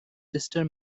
sister